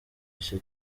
gice